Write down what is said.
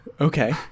Okay